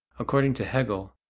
according to hegel,